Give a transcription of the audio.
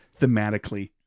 thematically